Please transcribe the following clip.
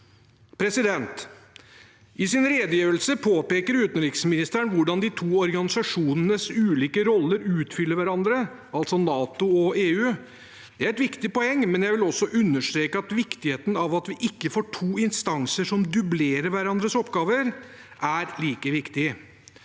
I sin redegjørelse påpeker utenriksministeren hvordan de to organisasjonenes ulike roller utfyller hverandre – altså NATO og EU. Det er et viktig poeng, men jeg vil også understreke at betydningen av at vi ikke får to instanser som dublerer hverandres oppgaver, er like viktig.